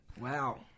Wow